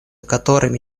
которыми